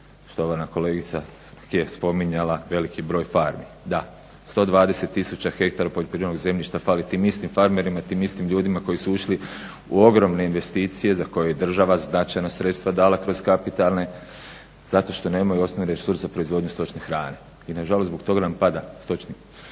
Štovana kolegica je spominjala velik broj farmi, da, 120 tisuća hektara poljoprivrednog zemljišta fali tim istim farmerima, tim istim ljudima koji su ušli u ogromne investicije za koje je država značajna sredstva dala kroz kapitalne, zato što nemaju osnovne resurse za proizvodnju stočne hrane i nažalost zbog toga nam pada stočni fond.